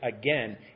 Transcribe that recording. again